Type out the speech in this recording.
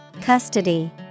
Custody